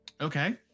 Okay